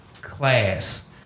class